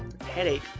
headache